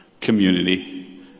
community